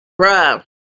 Bruh